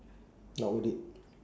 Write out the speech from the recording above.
not worth it